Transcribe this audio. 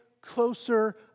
closer